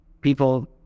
people